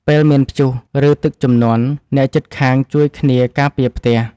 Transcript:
ពេលមានព្យុះ ឬទឹកជំនន់ អ្នកជិតខាងជួយគ្នាការពារផ្ទះ។